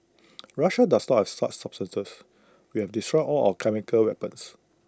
Russia does not have substances we have destroyed all of our chemical weapons